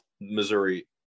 Missouri